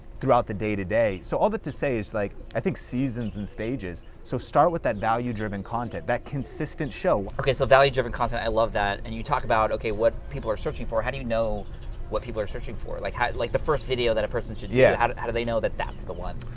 throughout the day to day. so all that to say is like, i think seasons and stages. so start with that value driven content. that consistent show. okay, so value driven content, i love that. and you talk about okay, what people are searching for, how do you know what people are searching for. like like the first video that a person should yeah do, how do they know that that's the one?